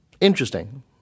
interesting